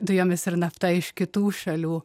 dujomis ir nafta iš kitų šalių